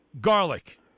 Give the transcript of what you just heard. garlic